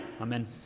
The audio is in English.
Amen